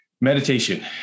meditation